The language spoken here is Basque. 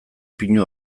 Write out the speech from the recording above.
pinu